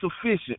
sufficient